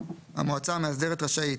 המועצה המאסדרת רשאית,